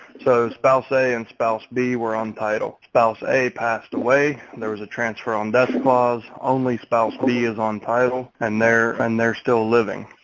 so spouse a and spouse b were on title a spouse a passed away, there was a transfer on clause only spouse b is on title and they're and they're still living.